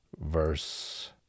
verse